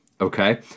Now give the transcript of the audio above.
okay